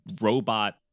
robot